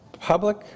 Public